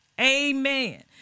Amen